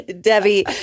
Debbie